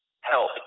help